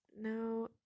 Now